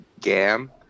gam